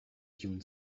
dune